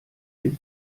den